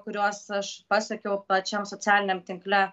kuriuos aš pasekiau pačiam socialiniame tinkle